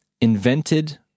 invented